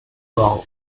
wrong